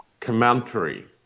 commentary